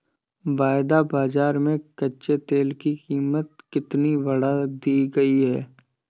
वायदा बाजार में कच्चे तेल की कीमत कितनी बढ़ा दी गई है?